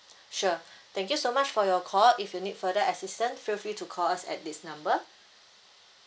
sure thank you so much for your call if you need further assistance feel free to call us at this number